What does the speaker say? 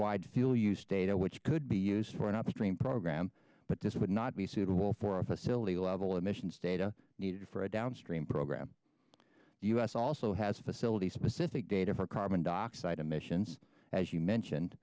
fuel use data which could be used for an upstream program but this would not be suitable for a facility level emissions data needed for a downstream program us also has facilities specific data for carbon dioxide emissions as you mentioned